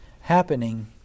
happening